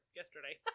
yesterday